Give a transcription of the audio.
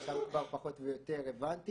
שם פחות או יותר הבנתי.